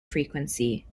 frequency